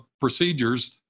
procedures